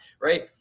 right